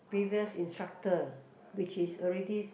previous instructor which is already